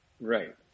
Right